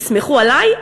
תסמכו עלי,